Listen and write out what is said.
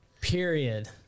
Period